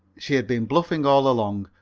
she had been bluffing all along,